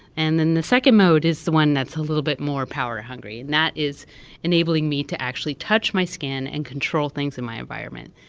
and the second mode is the one that's a little bit more power hungry, and that is enabling me to actually touch my skin and control things in my environment.